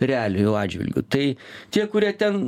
realijų atžvilgiu tai tie kurie ten